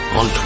on